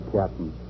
Captain